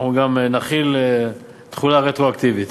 אנחנו גם נחיל תחולה רטרואקטיבית.